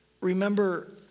remember